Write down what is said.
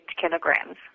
kilograms